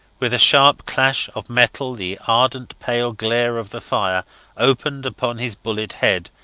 with a sharp clash of metal the ardent pale glare of the fire opened upon his bullet head,